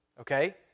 Okay